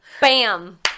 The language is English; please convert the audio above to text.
bam